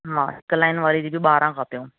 mask line वारियूं जी बि ॿारहं कोपियूं